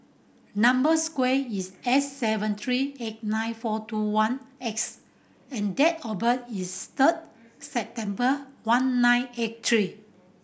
number square is S seven three eight nine four two one X and date of birth is third September one nine eight three